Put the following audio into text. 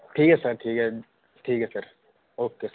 ठीक ऐ सर ठीक ऐ ठीक ऐ सर ओके सर